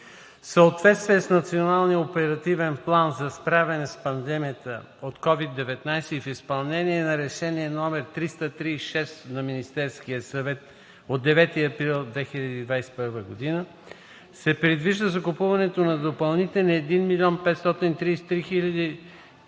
съответствие с Националния оперативен план за справяне с пандемията от COVID-19 и в изпълнение на Решение № 336 на Министерския съвет от 9 април 2021 г. се предвижда закупуването на допълнителни 1 533 037